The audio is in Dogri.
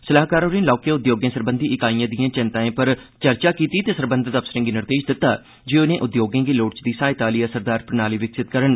सलाहकार होरें लौहके उद्योगें सरबंधी इकाइएं दिएं चैंताएं पर चर्चा कीती ते सरबंधत अफसरें गी निर्देश दित्ता जे ओह् इनें उद्योगें गी लोड़चदी सहायता आहली असरदार प्रणाली विकसित करन